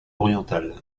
oriental